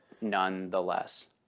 nonetheless